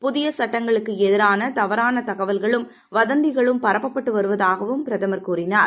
புதிய சட்டங்களுக்கு எதிரான தவறான தகவல்களும் வதந்திகளும் பரப்பப்பட்டு வருவதாகவும் பிரதமர் கூறினார்